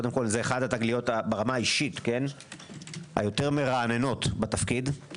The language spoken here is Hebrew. זה אחת התגליות - ברמה האישית - היותר מרעננות בתפקיד.